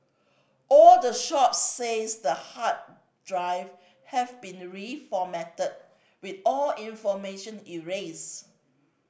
all the shops says the hard drive had been reformatted with all information erase